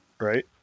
right